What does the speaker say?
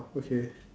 okay